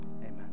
Amen